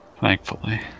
Thankfully